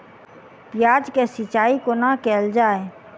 प्याज केँ सिचाई कोना कैल जाए?